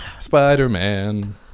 Spider-Man